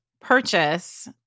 purchase